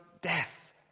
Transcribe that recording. death